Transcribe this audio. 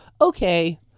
okay